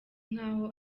nk’aho